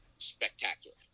Spectacular